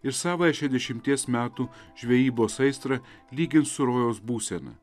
ir savąją šešiasdešimties metų žvejybos aistrą lygins su rojaus būseną